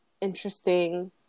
interesting